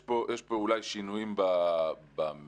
יש פה אולי שינויים במדיניות,